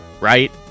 right